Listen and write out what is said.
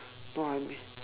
no I mean